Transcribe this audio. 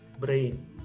brain